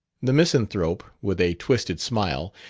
the misanthrope, with a twisted smile,